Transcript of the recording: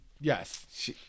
Yes